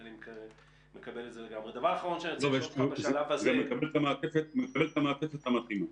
זה מקבל את המעטפת המתאימה.